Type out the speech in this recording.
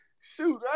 Shoot